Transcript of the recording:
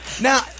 Now